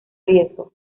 riesgo